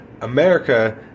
america